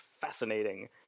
fascinating